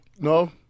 No